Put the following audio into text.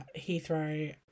Heathrow